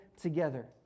together